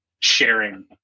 Sharing